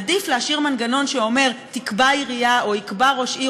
עדיף להשאיר מנגנון שאומר שתקבע העירייה או יקבע ראש עיר